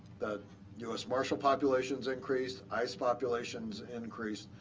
that us marshal populations increased, ice populations increased.